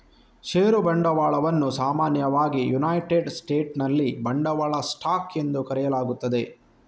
ಷೇರು ಬಂಡವಾಳವನ್ನು ಸಾಮಾನ್ಯವಾಗಿ ಯುನೈಟೆಡ್ ಸ್ಟೇಟ್ಸಿನಲ್ಲಿ ಬಂಡವಾಳ ಸ್ಟಾಕ್ ಎಂದು ಕರೆಯಲಾಗುತ್ತದೆ